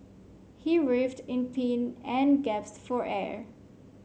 he writhed in pain and for air